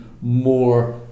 more